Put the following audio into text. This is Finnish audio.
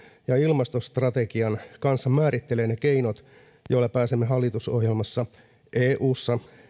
ja ilmastostrategian kanssa määrittelee ne keinot joilla pääsemme hallitusohjelmassa eussa